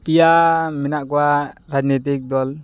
ᱯᱮᱭᱟ ᱢᱮᱱᱟᱜ ᱠᱚᱣᱟ ᱨᱟᱡᱽᱱᱤᱛᱤᱠ ᱫᱚᱞ